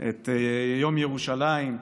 יום ירושלים,